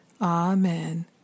Amen